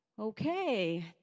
Okay